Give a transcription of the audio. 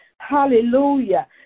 hallelujah